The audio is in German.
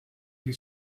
die